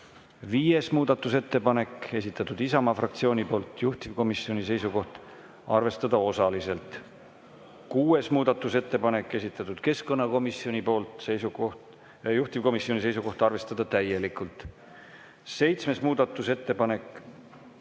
Viies muudatusettepanek, esitanud Isamaa fraktsioon, juhtivkomisjoni seisukoht: arvestada osaliselt. Kuues muudatusettepanek, esitanud keskkonnakomisjon, juhtivkomisjoni seisukoht on arvestada täielikult. Seitsmes muudatusettepanek